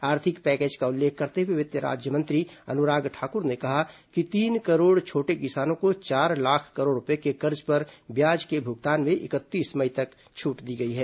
आर्थिक पैकेज का उल्लेख करते हुए वित्त राज्य मंत्री अनुराग ठाकुर ने कहा कि तीन करोड़ छोटे किसानों को चार लाख करोड़ रुपये के कर्ज पर ब्याज के भुगतान में इकतीस मई तक छूट दी गई है